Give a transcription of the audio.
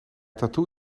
tattoo